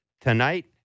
tonight